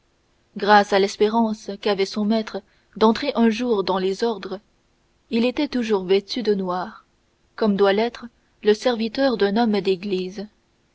grâce à l'espérance qu'avait son maître d'entrer un jour dans les ordres il était toujours vêtu de noir comme doit l'être le serviteur d'un homme d'église